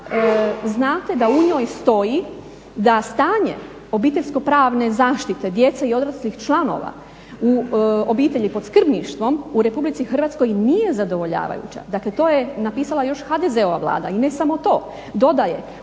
znate da u njoj stoji da stanje obiteljsko pravne zaštite djece i odraslih članova u obitelji pod skrbništvom u RH nije zadovoljavajuća, dakle to je napisala još HDZ-ova Vlada i ne samo to, dodaje